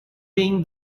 being